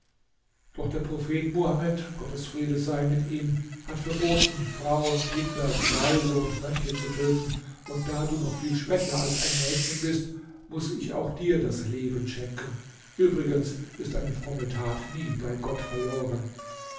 doch der prophet muhamed gottes friede sei mit ihm hat verboten frauen kinder greise und mönche zu töten und da du noch viel schwächer als ein mädchen bist muß ich auch dir das leben schenken übrigens ist eine fromme tat nie bei gott verloren